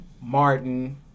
Martin